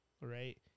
right